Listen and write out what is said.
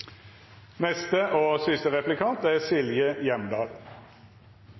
Neste replikant er